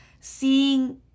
seeing